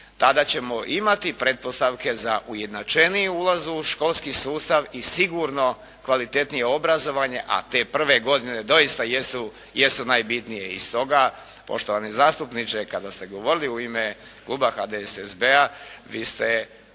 Tada ćemo imati pretpostavke za ujednačeniji ulaz u školski sustav i sigurno kvalitetnije obrazovanje, a te prve godine doista jesu najbitnije. I stoga, poštovani zastupniče, kada ste govorili u ime Kluba HDSSB-a, vi ste